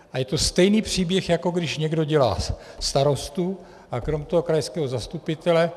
A je to stejný příběh, jako když někdo dělá starostu a krom toho krajského zastupitele.